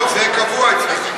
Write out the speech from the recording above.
לא, זה קבוע אצלך.